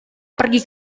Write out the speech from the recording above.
pergi